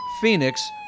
Phoenix